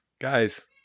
guys